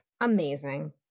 Amazing